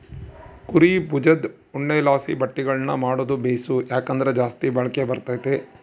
ಕುರೀ ಬುಜದ್ ಉಣ್ಣೆಲಾಸಿ ಬಟ್ಟೆಗುಳ್ನ ಮಾಡಾದು ಬೇಸು, ಯಾಕಂದ್ರ ಜಾಸ್ತಿ ಬಾಳಿಕೆ ಬರ್ತತೆ